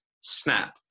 snap